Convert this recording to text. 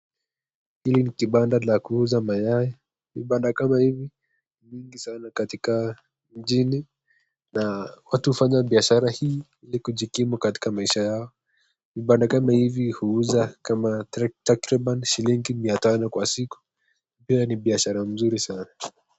Hii ni jibanda la kuuza mayai ,vibanda kama hivi ni mingi sana katika mjini na watu hufanya biashara hii kujikimu katika maisha yao, vibanda kama hizi huuza kama takriban shilingi mia tano kwa siku, hiyo ni biashara nzuri sana.